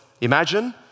imagine